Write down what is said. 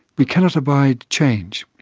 we cannot abide change.